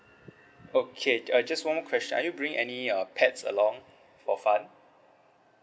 okay err just one question are you bringing any uh pets along for fun